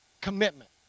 commitment